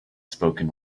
spoken